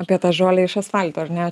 apie tą žolę iš asfalto ar ne